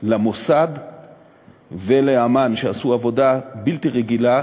למוסד ולאמ"ן שעשו עבודה בלתי רגילה,